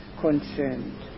concerned